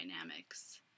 dynamics